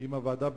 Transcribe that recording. עם הוועדה,